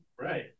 Right